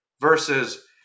versus